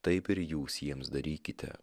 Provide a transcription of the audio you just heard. taip ir jūs jiems darykite